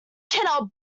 cannot